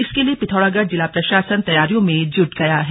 इसके लिए पिथौरागढ़ जिला प्रशासन तैयारियों में जुट गया है